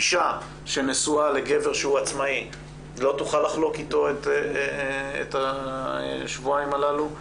אישה שנשואה לגבר שהוא עצמאי לא תוכל לחלוק איתו את השבועיים הללו.